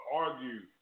argue